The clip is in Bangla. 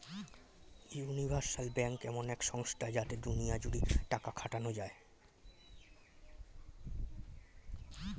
ইউনিভার্সাল ব্যাঙ্ক এমন এক সংস্থা যাতে দুনিয়া জুড়ে টাকা খাটানো যায়